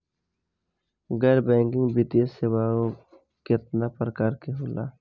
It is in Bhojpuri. गैर बैंकिंग वित्तीय सेवाओं केतना प्रकार के होला?